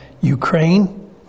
Ukraine